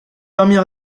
dormir